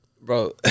bro